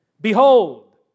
Behold